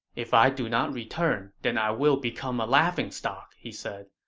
if i do not return, then i will become a laughingstock, he said.